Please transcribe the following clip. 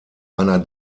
einer